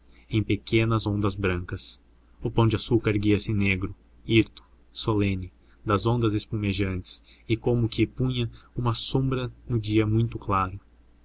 em pequenas ondas brancas o pão de açúcar erguia-se negro hirto solene das ondas espumejantes e como que punha uma sombra no dia muito claro